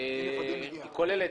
שהיא כוללת